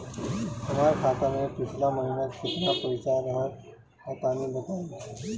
हमार खाता मे पिछला महीना केतना पईसा रहल ह तनि बताईं?